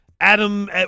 Adam